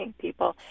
people